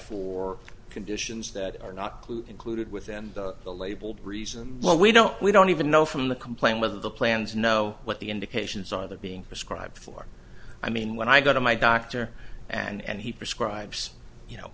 for conditions that are not included within the labeled reason well we don't we don't even know from the complaint with the plans know what the indications are that being prescribed for i mean when i go to my doctor and he prescribes you know